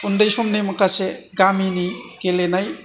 उन्दै समनि माखासे गामिनि गेलेनाय